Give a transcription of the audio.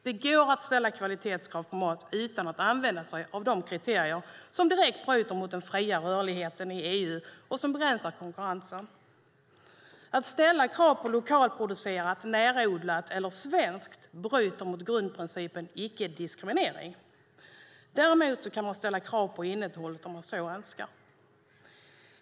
Det går att ställa kvalitetskrav på mat utan att använda sig av de kriterier som direkt bryter mot den fria rörligheten i EU och som begränsar konkurrensen. Att ställa krav på lokalproducerat, närodlat eller svenskt bryter mot grundprincipen icke-diskriminering. Däremot kan man ställa krav på innehållet om man så önskar.